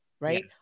right